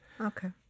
Okay